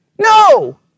No